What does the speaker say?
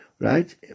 Right